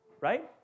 right